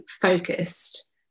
focused